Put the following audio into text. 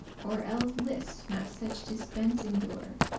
or elles list not such dispence endure,